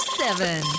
seven